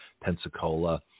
Pensacola